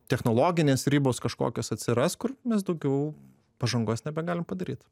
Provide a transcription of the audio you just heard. technologinės ribos kažkokios atsiras kur mes daugiau pažangos nebegalim padaryt